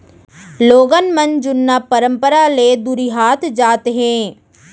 लोगन मन जुन्ना परंपरा ले दुरिहात जात हें